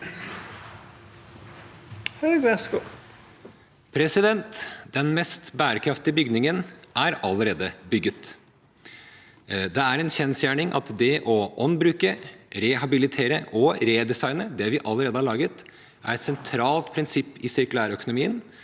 Den mest bærekraftige bygningen er allerede bygget. Det er en kjensgjerning at det å ombruke, rehabilitere og redesigne det vi allerede har laget, er et sentralt prinsipp i sirkulærøkonomien